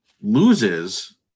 loses